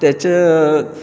तेचे